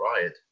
Riot